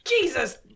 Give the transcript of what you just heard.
Jesus